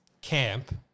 camp